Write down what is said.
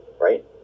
right